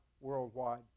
worldwide